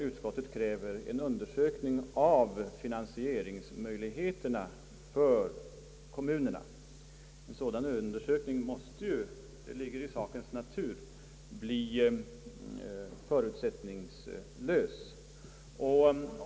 Utskottet kräver en undersökning av finansieringsmöjligheterna för kommunerna, och det ligger i sakens natur att en sådan undersökning måste bli förutsättningslös.